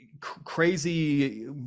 crazy